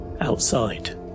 outside